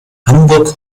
hamburg